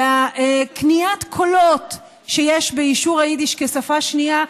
ועל קניית הקולות שיש באישור היידיש כשפה שנייה,